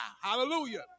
Hallelujah